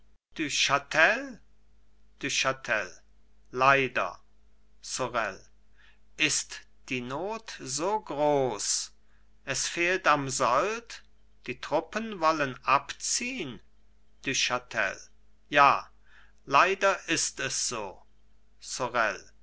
leider sorel ist die not so groß es fehlt am sold die truppen wollen abziehn du chatel ja leider ist es so sorel